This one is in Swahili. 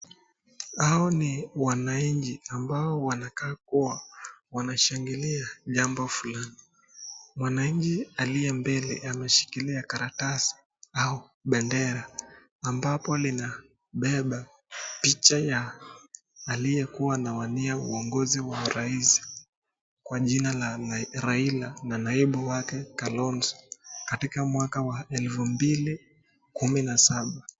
Hao ni wananchi ambao wanakaa kuwa wanashangilia jambo fulani. Mwananchi aliye mbele anashikilia karatasi au bendera ambapo linabeba picha ya aliyekuwa anawania uongozi wa rais kwa jina la raila na naibu wake Kalonzo katika mwaka wa elfu mbili kumi na saba.